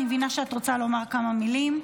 אני מבינה שאת רוצה לומר כמה מילים.